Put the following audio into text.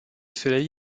soleil